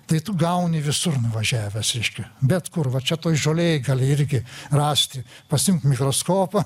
tai tu gauni visur nuvažiavęs reiškia bet kur va čia toj žolėj gali irgi rasti pasiimt mikroskopą